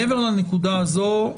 מעבר לנקודה הזו,